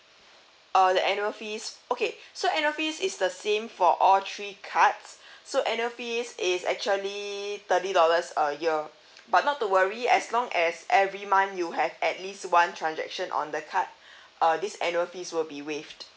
uh the annual fees okay so annual fee is the same for all three cards so annual fees is actually thirty dollars a year but not to worry as long as every month you have at least one transaction on the card uh this annual fees will be waived